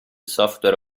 software